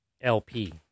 LP